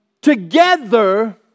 together